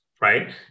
right